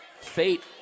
fate